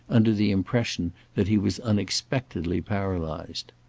under the impression that he was unexpectedly paralyzed.